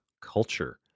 culture